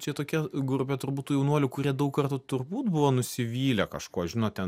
čia tokia grupė turbūt tų jaunuolių kurie daug kartų turbūt buvo nusivylę kažkuo žinot ten